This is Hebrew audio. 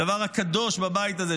הדבר הקדוש בבית הזה,